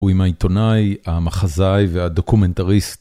הוא עם העיתונאי, המחזאי והדוקומנטריסט.